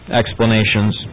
explanations